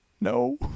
No